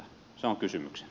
se on kysymykseni